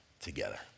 together